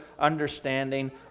understanding